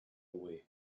away